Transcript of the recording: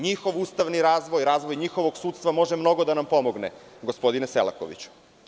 Njihov ustavni razvoj, razvoj njihovog sudstva može mnogo da nam pomogne, gospodine Selakoviću.